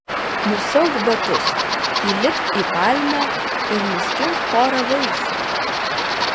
nusiauk batus įlipk į palmę ir nuskink porą vaisių